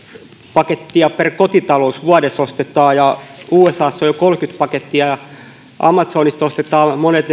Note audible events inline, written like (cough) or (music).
pakettia per kotitalous ja usassa jo jo kolmekymmentä pakettia ja amazonista ostavat monet (unintelligible)